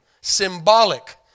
symbolic